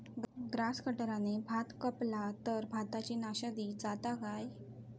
Grass कटराने भात कपला तर भाताची नाशादी जाता काय?